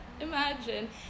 imagine